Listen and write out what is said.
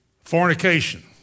Fornication